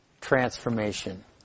transformation